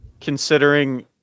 considering